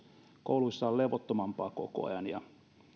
kouluissa on levottomampaa koko ajan